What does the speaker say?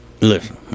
Listen